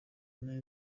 meze